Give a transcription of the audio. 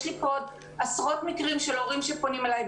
יש לי עוד עשרות מקרים של הורים שפונים אלי.